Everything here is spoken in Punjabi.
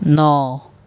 ਨੌ